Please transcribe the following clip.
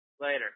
later